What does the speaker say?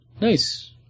Nice